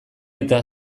eta